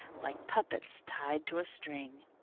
like puppets tied to a string.